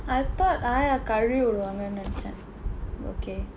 I thought ஆயா கழுவி விடுவாங்கனு நினைச்சேன்:aayaa kazhuvi viduvaangkanu ninaichseen okay